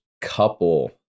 couple